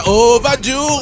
overdue